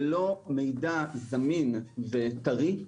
ללא מידע זמין וטרי,